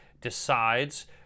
decides